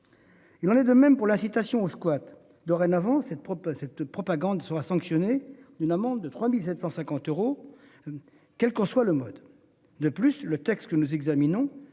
Il en est de même pour l'incitation au squat dorénavant cette propre cette propagande soit sanctionné d'une amende de 3750 euros. Quel que soit le mode de plus, le texte que nous examinons